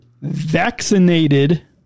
Vaccinated